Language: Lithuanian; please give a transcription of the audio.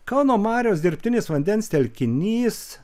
kauno marios dirbtinis vandens telkinys